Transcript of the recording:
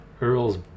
Earl's